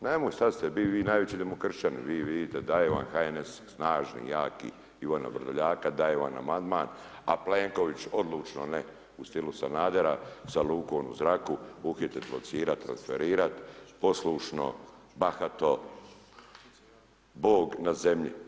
Nemoj sad ste bi vi najveći demokršćani, vi vidite daje vam HNS snažni jaki Ivana Vrdoljaka, daje vam amandman a Plenković odlučno ne u stilu Sanadera sa lukom u zraku uhitit, locirat, transferirat poslušno, bahato, bog na zemlji.